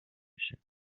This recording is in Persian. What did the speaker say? بشه